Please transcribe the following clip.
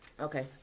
okay